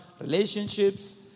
relationships